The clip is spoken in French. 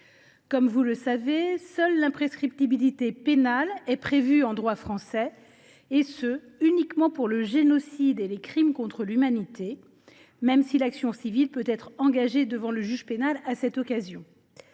Comme vous le savez, seule l’imprescriptibilité pénale est prévue en droit français, et uniquement pour le génocide et les crimes contre l’humanité, même si l’action civile peut être engagée devant le juge pénal à cette occasion.